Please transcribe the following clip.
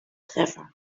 treffer